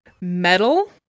Metal